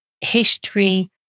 history